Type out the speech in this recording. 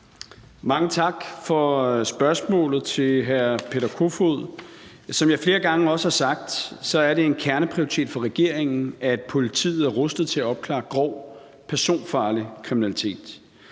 Kofod for spørgsmålet. Som jeg flere gange også har sagt, er det en kerneprioritet for regeringen, at politiet er rustet til at opklare grov personfarlig kriminalitet.